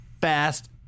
fast